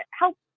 help